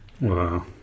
Wow